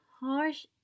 harsh